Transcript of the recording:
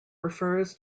refers